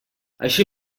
així